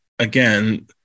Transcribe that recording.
Again